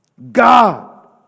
God